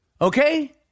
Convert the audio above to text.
Okay